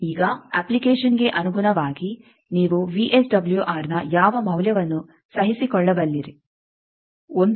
ಈಗ ಅಪ್ಲಿಕೇಷನ್ಗೆ ಅನುಗುಣವಾಗಿ ನೀವು ವಿಎಸ್ಡಬ್ಲ್ಯೂಆರ್ನ ಯಾವ ಮೌಲ್ಯವನ್ನು ಸಹಿಸಿಕೊಳ್ಳಬಲ್ಲಿರಿ 1